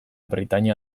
britainia